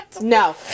No